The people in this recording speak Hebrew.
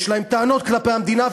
יש להם טענות כלפי המדינה,